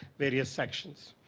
various sections.